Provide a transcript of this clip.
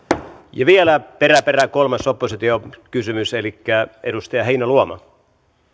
ja vielä perä perää kolmas oppositiokysymys elikkä edustaja heinäluoma